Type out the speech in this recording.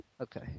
Okay